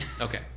Okay